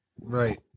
right